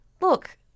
look